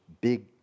big